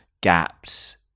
gaps